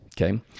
okay